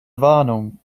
warnung